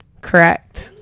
Correct